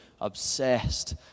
obsessed